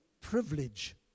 privilege